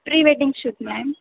pre wedding shoot ma'am